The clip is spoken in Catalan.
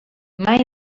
mai